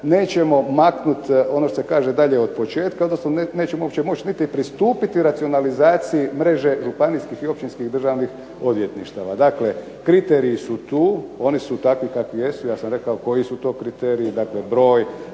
nećemo maknuti ono što se kaže dalje od početka, odnosno nećemo uopće moći niti pristupiti racionalizaciji mreže županijskih i općinskih državnih odvjetništava. Dakle kriteriji su tu, oni su takvi kakvi jesu, ja sam rekao koji su to kriteriji, dakle broj